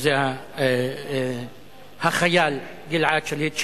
שזה החייל גלעד שליט,